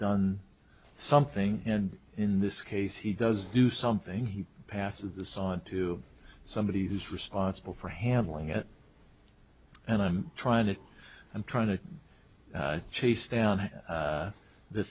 done something and in this case he does do something he passes this on to somebody who's responsible for handling it and i'm trying to i'm trying to chase